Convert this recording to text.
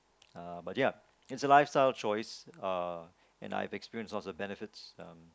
uh ya it is a life style choice uh and I have experience sort of benefits um